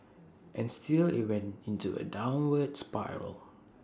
and still IT went into A downward spiral